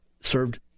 served